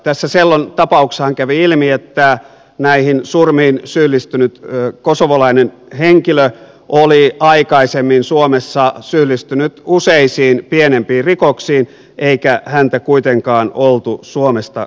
tässä sellon tapauksessahan kävi ilmi että näihin surmiin syyllistynyt kosovolainen henkilö oli aikaisemmin suomessa syyllistynyt useisiin pienempiin rikoksiin eikä häntä kuitenkaan oltu suomesta karkotettu